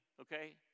Okay